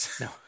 no